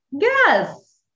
Yes